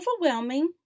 overwhelming